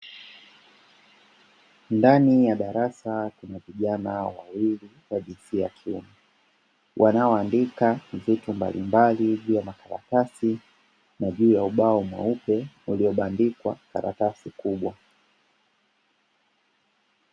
Ndani ya darasa kuna vijana wawili wa jinsia ya kiume wanaoandika vitu mbalimbali juu ya makaratasi na juu ya ubao mweupe uliobandikwa karatasi kubwa.